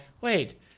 Wait